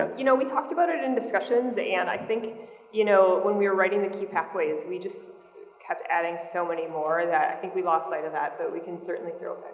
and you know, we talked about it in discussions and i think you know, when we were writing the key pathways we just kept adding so many more that i think we lost sight of that. but we can certainly throw